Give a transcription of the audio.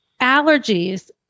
allergies